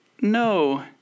no